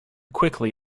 quickly